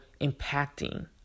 impacting